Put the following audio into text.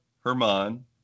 Herman